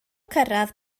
cyrraedd